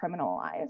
criminalized